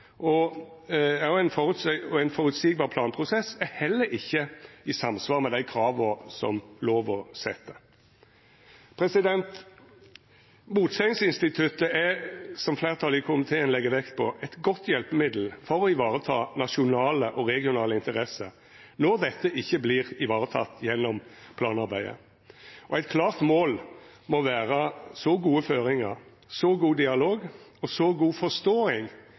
og ein føreseieleg planprosess er heller ikkje i samsvar med dei krava som lova set. Motsegnsinstituttet er, som fleirtalet i komiteen legg vekt på, eit godt hjelpemiddel for å vareta nasjonale og regionale interesser når desse ikkje vert vareteke gjennom planarbeidet. Eit klart mål må vera så gode føringar, så god dialog og så god forståing